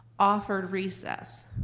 offer recess.